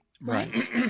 Right